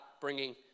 bringing